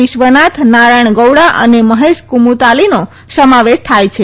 વિશ્વનાથ નારાથણ ગૌડા અને મહેશ કુમુતાલીનો સમાવેશ થાથ છે